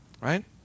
right